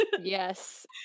yes